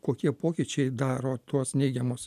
kokie pokyčiai daro tuos neigiamus